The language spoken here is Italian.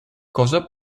cosa